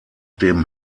dem